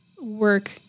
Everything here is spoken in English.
work